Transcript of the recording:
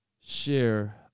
share